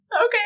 Okay